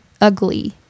Ugly